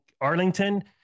Arlington